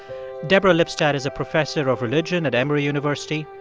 deborah lipstadt is a professor of religion at emory university.